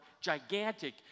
gigantic